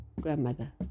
grandmother